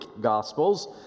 Gospels